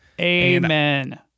Amen